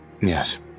Yes